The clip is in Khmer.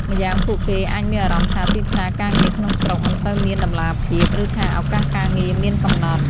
ម្យ៉ាងពួកគេអាចមានអារម្មណ៍ថាទីផ្សារការងារក្នុងស្រុកមិនសូវមានតម្លាភាព ឬថាឱកាសការងារមានកំណត់។